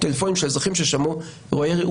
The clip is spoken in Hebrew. טלפונים של אזרחים ששמעו אירועי ירי.